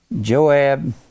Joab